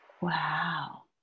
Wow